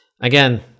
again